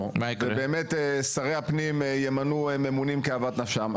ובאמת שרי הפנים ימנו ממונים כאוות נפשם,